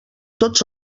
tots